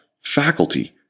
faculty